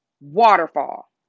waterfall